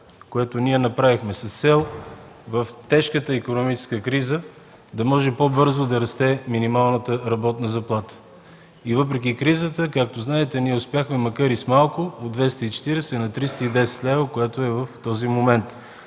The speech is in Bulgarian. което направихме, с цел в тежката икономическа криза да може по-бързо да расте минималната работна заплата. Въпреки кризата, както знаете, ние успяхме, макар и с малко – от 240 на 310 лв., каквато е в този момент.